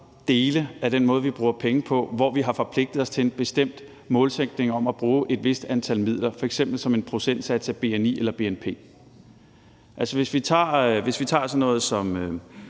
dele af den måde, vi bruger penge på, hvor vi har forpligtet os til en bestemt målsætning om at bruge et vist antal midler, f.eks. som en procentsats af bni eller bnp. Altså, hvis man tager sådan noget som